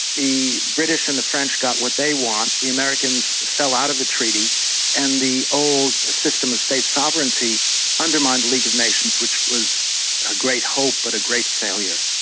the british and the french got what they want, the americans fell out of the treaty and the old system of state sovereignty undermined the league of nations which was a great hope, but a great failure.